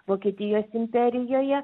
vokietijos imperijoje